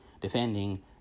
defending